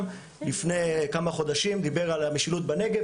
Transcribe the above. לפני כמה חודשים דיבר על המשילות בנגב,